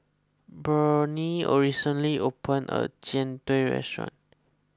Burney recently opened a Jian Dui restaurant